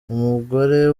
umugore